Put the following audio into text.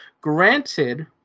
Granted